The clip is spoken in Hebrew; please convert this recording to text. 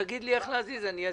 תגיד לי איך להזיז ואני אזיז.